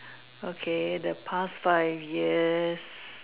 okay the past five years